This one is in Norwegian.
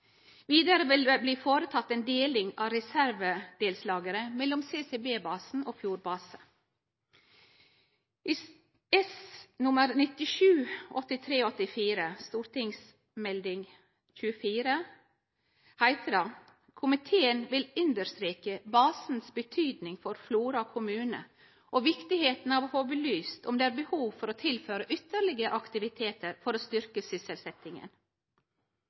foretatt en deling av reservedelslageret mellom CCB og Fjordbase I Innst. S. nr. 97 for 1983–1984 til St.meld. nr. 24 for 1983–1984 heiter det: «Komiteen vil understreke basens betydning for Flora kommune og viktigheten av å få belyst om det er behov for å tilføre ytterligere aktiviteter for å styrke sysselsettingen.»